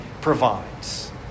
provides